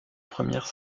première